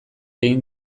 egin